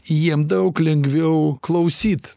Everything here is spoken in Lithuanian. jiem daug lengviau klausyt